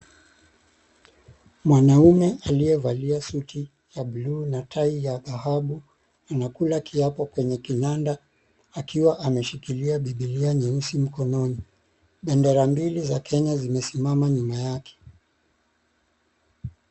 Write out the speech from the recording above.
Mwanaume aliyevalia suti ya bluu na tai ya dhahabu, anakula kiapo kwenye kinanda akiwa ameshikilia kile kinaonekana kuwa kitabu cheusi mkononi ..Bendara mbili za kenya zimesimama nyuma yake.